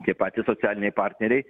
tie patys socialiniai partneriai